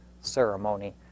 ceremony